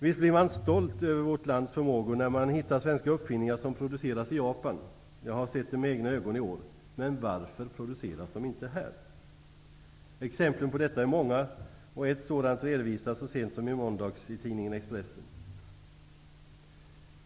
Visst blir man stolt över vårt lands förmågor, när man hittar svenska uppfinningar som produceras i Japan -- jag har själv sett det med egna ögon i år --, men varför produceras de inte här? Exemplen på detta är många. Ett redovisades så sent som i måndags i tidningen Expressen.